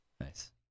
Nice